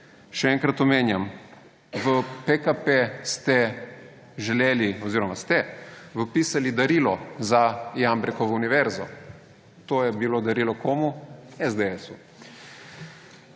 Še enkrat omenjam, v PKP ste želeli oziroma ste vpisali darilo za Jambrekovo univerzo. To je bilo darilo komu? SDS.